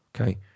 Okay